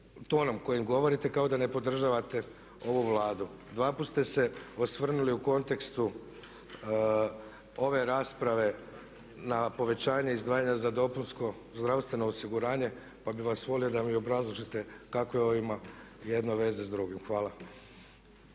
tonom kojim govorite kao da ne podržavate ovu Vladu. Dvaput ste se osvrnuli u kontekstu ove rasprave na povećanje izdvajanja za dopunsko zdravstveno osiguranje pa bih vas molio da mi obrazložite kakve ovo ima jedno veze s drugim. Hvala.